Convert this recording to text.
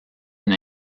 une